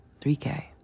3k